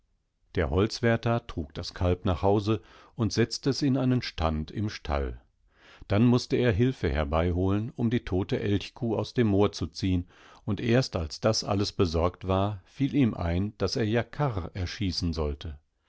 der holzwärter trug das kalb nach hause und setzte es in einen stand im stall dannmußteerhilfeherbeiholen umdietoteelchkuhausdemmoorzu ziehen und erst als das alles besorgt war fiel ihm ein daß er ja karr erschießen sollte